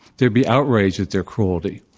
there'd be outrage at their cruelty.